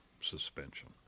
suspension